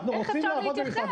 איך אפשר להתייחס?